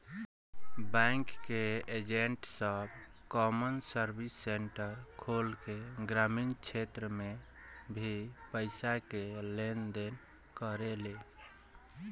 bank के agent सब common service centre खोल के ग्रामीण क्षेत्र में भी पईसा के लेन देन करेले